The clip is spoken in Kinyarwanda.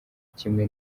kimwe